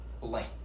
blank